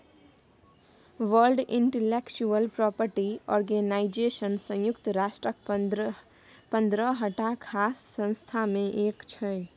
world intellectual property organisation संयुक्त राष्ट्रक पंद्रहटा खास संस्था मे एक छै